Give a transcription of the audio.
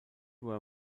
were